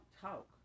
talk